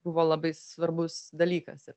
buvo labai svarbus dalykas ir